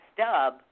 stub